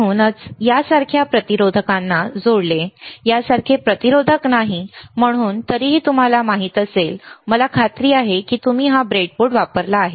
म्हणूनच मी यासारख्या प्रतिरोधकांना जोडले यासारखे प्रतिरोधक नाही म्हणून तरीही तुम्हाला माहित असेल आणि मला खात्री आहे की तुम्ही हा ब्रेडबोर्ड वापरला आहे